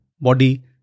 body